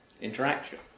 interaction